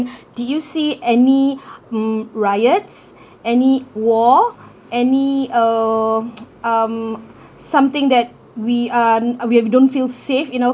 did you see any mm riots any war any err um something that we aren't we have don't feel safe you know